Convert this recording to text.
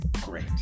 great